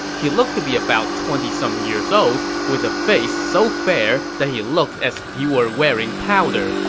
he looked to be about twenty some years old, with a face so fair that he looked as if he were wearing powder,